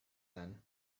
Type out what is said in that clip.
then